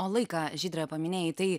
o laiką žydre paminėjai tai